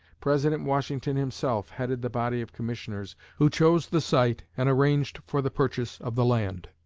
president washington himself headed the body of commissioners who chose the site and arranged for the purchase of the land.